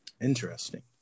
Interesting